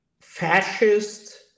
fascist